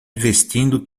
vestindo